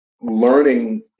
learning